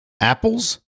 Apples